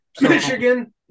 Michigan